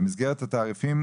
במסגרת התעריפים,